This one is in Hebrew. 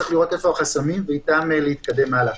צריך לראות איפה החסמים, ואיתם להתקדם הלאה.